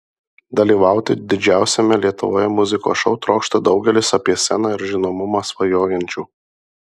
dalyvauti didžiausiame lietuvoje muzikos šou trokšta daugelis apie sceną ir žinomumą svajojančių